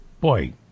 Boy